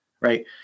right